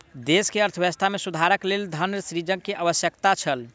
देश के अर्थव्यवस्था में सुधारक लेल धन सृजन के आवश्यकता छल